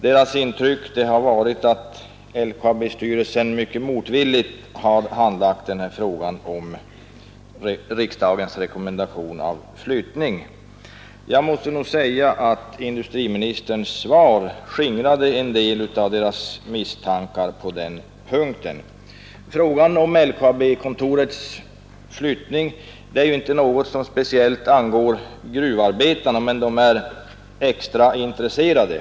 Deras intryck har varit att LKAB-styrelsen mycket motvilligt har handlagt riksdagens rekommendation om flyttning av LKAB-kontoret. Industriministerns svar skingrade en del av deras misstankar på den punkten. Frågan om LKAB-kontorets flyttning är inte något som speciellt angår gruvarbetarna, men de är extra intresserade.